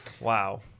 Wow